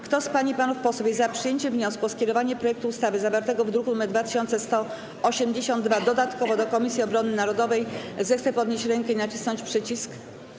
Kto z pań i panów posłów jest za przyjęciem wniosku o skierowanie projektu ustawy zawartego w druku nr 2182 dodatkowo do Komisji Obrony Narodowej, zechce podnieść rękę i nacisnąć przycisk.